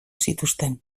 zituzten